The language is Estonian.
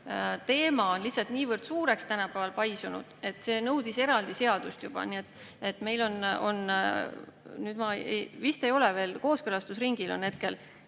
teema on lihtsalt niivõrd suureks tänapäeval paisunud, et see nõudis eraldi seadust. Nii et meil on nüüd, vist kooskõlastusringil on hetkel,